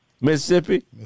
Mississippi